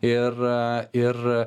ir ir